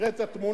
תראה את התמונות,